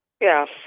Yes